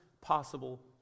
possible